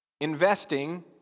Investing